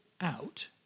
out